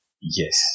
yes